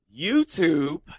YouTube